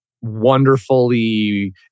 wonderfully